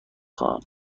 خواهم